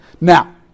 now